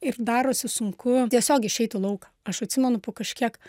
ir darosi sunku tiesiog išeit į lauką aš atsimenu po kažkiek